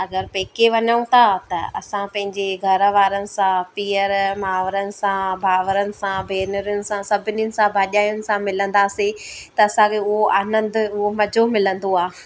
अगरि पेके वञू था त असां पंहिंजे घर वारनि सां पीअर मावरनि सां भावरनि सां भेनरुनि सां सभिनीनि सां भाॼायुनि सां मिलंदासीं त असांखे उहो आनंदु उहो मज़ो मिलंदो आहे